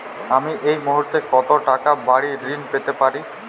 আমি এই মুহূর্তে কত টাকা বাড়ীর ঋণ পেতে পারি?